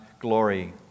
glory